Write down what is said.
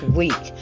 week